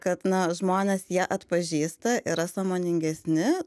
kad na žmonės jie atpažįsta yra sąmoningesni